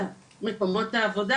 יש פה מלא צעירים.